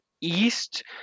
east